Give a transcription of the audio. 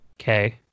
okay